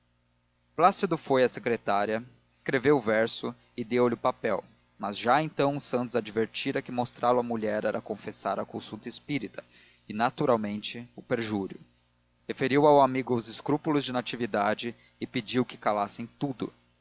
plácido foi à secretária escreveu o verso e deu-lhe o papel mas já então santos advertira que mostrá-lo à mulher era confessar a consulta espírita e naturalmente o perjúrio referiu ao amigo os escrúpulos de natividade e pediu que calassem tudo